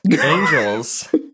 Angels